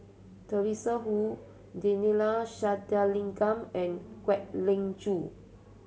Teresa Hsu Neila Sathyalingam and Kwek Leng Joo